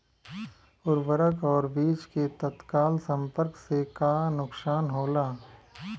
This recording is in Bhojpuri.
उर्वरक और बीज के तत्काल संपर्क से का नुकसान होला?